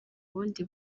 bundi